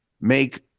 make